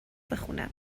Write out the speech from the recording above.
بخونم